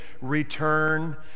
return